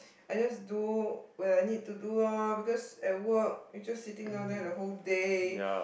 I just do when I need to do lor because at work you just sit down there the whole day